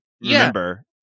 remember